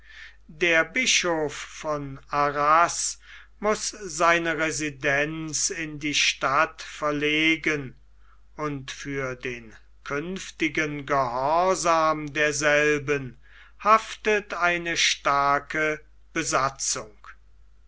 der bischof von arras muß seine residenz in die stadt verlegen und für den künftigen gehorsam derselben haftet eine starke besatzung